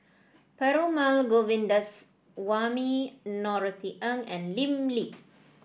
Perumal Govindaswamy Norothy Ng and Lim Lee